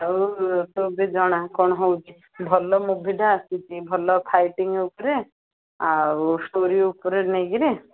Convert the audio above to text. ଆଉ ତୁ ବି ଜଣା କ'ଣ ହେଉଛି ଭଲ ମୁଭିଟା ଆସିଛି ଭଲ ଫାଇଟିଂ ଉପରେ ଆଉ ଷ୍ଟୋରି ଉପରେ ନେଇକିରି